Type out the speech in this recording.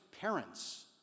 parents